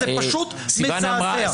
וזה פשוט מזעזע.